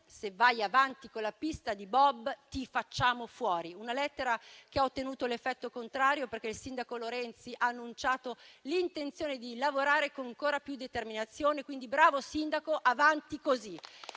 se vai avanti con la pista da bob, ti facciamo fuori. Questa lettera ha ottenuto l'effetto contrario, perché il sindaco Lorenzi ha annunciato l'intenzione di lavorare con ancora più determinazione. Quindi bravo sindaco, avanti così!